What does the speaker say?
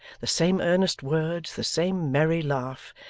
the same earnest words, the same merry laugh,